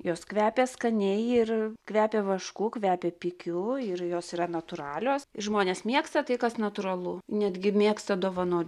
jos kvepia skaniai ir kvepia vašku kvepia pikiu ir jos yra natūralios ir žmonės mėgsta tai kas natūralu netgi mėgsta dovanot